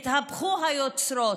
התהפכו היוצרות.